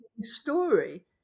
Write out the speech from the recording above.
story